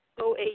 OA